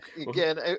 Again